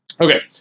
Okay